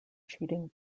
cheating